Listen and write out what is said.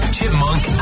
Chipmunk